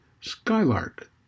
Skylark